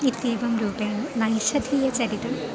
इत्येवं रूपेण नैषधीयचरितम्